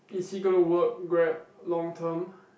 is he gonna work Grab long term